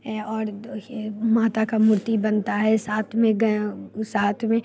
हैं और दो ये माता का मूर्ति बनता है साथ में गयां साथ में